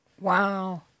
Wow